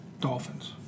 Dolphins